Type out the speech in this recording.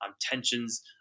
tensions